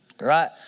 right